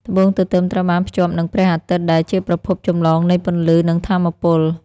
បូងទទឹមត្រូវបានភ្ជាប់នឹងព្រះអាទិត្យ ដែល ជាប្រភពចម្បងនៃពន្លឺ និងថាមពល។